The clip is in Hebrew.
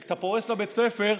כי כשאתה פורס לבית ספר,